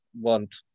want